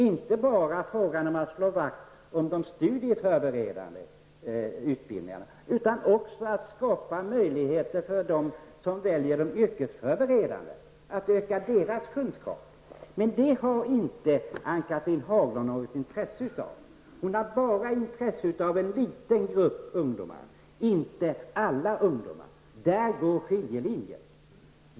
Det är inte fråga om att enbart slå vakt om de studieförberedande utbildningarna, utan det handlar också om att skapa möjligheter för dem som väljer de yrkesförberedande linjerna att öka sina kunskaper. Men det har Ann-Cathrine Haglund inget intresse av. Hon har bara intresse av att en liten grupp ungdomar får fördjupade kunskaper och färdigheter. Där går skiljelinjen mellan oss.